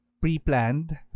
pre-planned